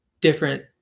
different